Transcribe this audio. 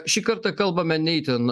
šį kartą kalbame ne itin